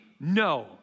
no